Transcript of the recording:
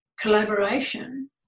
collaboration